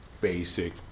basic